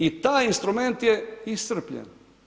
I taj instrument je iscrpljen.